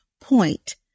point